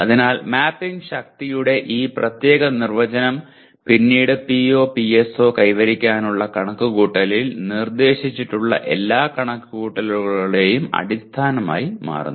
അതിനാൽ മാപ്പിംഗ് ശക്തിയുടെ ഈ പ്രത്യേക നിർവചനം പിന്നീട് POPSO കൈവരിക്കാനുള്ള കണക്കുകൂട്ടലിൽ നിർദ്ദേശിച്ചിട്ടുള്ള എല്ലാ കണക്കുകൂട്ടലുകളുടെയും അടിസ്ഥാനമായി മാറുന്നു